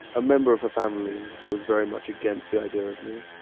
a member of her family was very much against the idea of me.